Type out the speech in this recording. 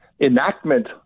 enactment